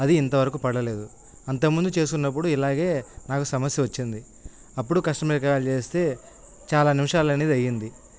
అది ఇంతవరకు పడలేదు అంతకుముందు చేసుకున్నప్పుడు ఇలాగే నాకు సమస్య వచ్చింది అప్పుడు కస్టమర్ కాల్ చేస్తే చాలా నిమిషాలనేది అయ్యింది